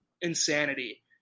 insanity